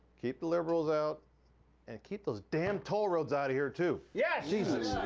keep the liberals out and keep those damn toll roads out of here, too. yeah jesus.